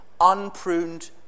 Unpruned